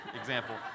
example